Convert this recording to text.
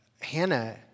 Hannah